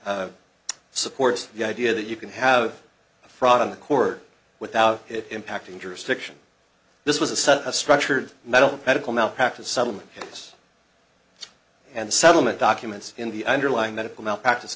supports the idea that you can have fraud on the court without impacting jurisdiction this was a such a structure of metal medical malpractise settlement yes and settlement documents in the underlying medical malpracti